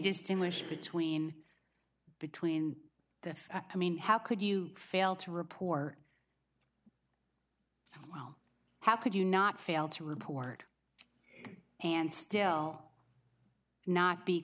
distinguish between between the i mean how could you fail to report well how could you not fail to report and still not be